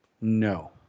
No